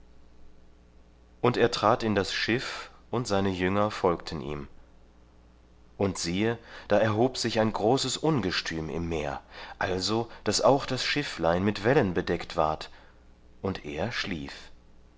und er trat in das schiff und seine jünger folgten ihm und siehe da erhob sich ein großes ungestüm im meer also daß auch das schifflein mit wellen bedeckt ward und er schlief